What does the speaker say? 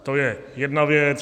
To je jedna věc.